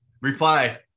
Reply